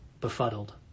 befuddled